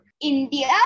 India